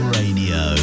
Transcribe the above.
radio